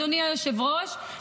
אדוני היושב-ראש,